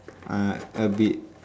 uh a bit